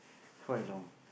quite long